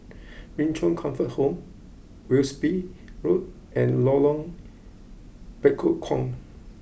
Min Chong Comfort Home Wilby Road and Lorong Bekukong